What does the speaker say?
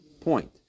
point